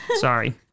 sorry